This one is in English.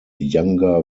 younger